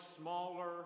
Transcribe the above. smaller